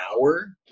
hour